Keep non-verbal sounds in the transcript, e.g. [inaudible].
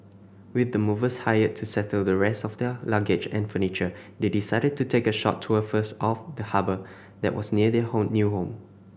with the movers hired to settle the rest of their luggage and furniture they decided to take a short tour first of the harbour that was near their [unintelligible] new home